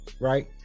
Right